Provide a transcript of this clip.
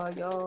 yo